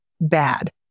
bad